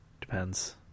Depends